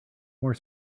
more